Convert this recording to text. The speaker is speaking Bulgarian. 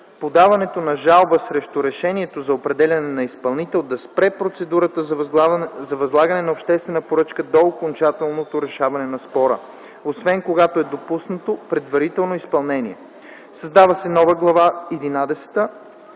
подаването на жалба срещу решението за определяне на изпълнител да спре процедурата за възлагане на обществена поръчка до окончателното решаване на спора, освен когато е допуснато предварително изпълнение. Създава се нова Глава